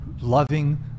loving